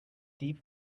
deep